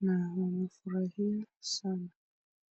na wamefurahia sana.